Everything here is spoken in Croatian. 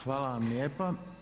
Hvala vam lijepa.